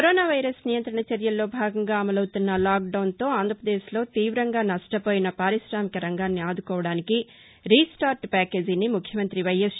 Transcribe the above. corona virus నియంత్రణ చర్యల్లో భాగంగా అమలవుతున్న లాక్డౌన్తో ఆంధ్రపదేశ్లో తీవంగా నష్టపోయిన పార్కికామిక రంగాన్ని ఆదుకోవడానికి రీస్టార్ట్ ప్యాకేజీని ముఖ్యమంతి వైఎస్